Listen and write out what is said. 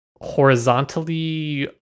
horizontally